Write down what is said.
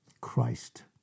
Christ